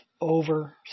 over